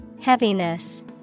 Heaviness